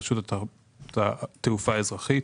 רשות התעופה האזרחית.